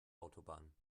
autobahn